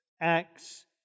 Acts